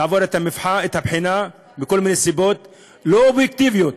לעבור את הבחינה מכל מיני סיבות לא אובייקטיביות.